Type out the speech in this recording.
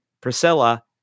priscilla